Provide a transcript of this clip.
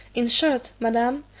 in short, madam,